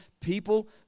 people